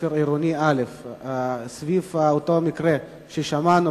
בית-הספר עירוני א' סביב אותו מקרה ששמענו,